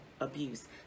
abuse